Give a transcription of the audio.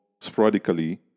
sporadically